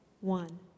one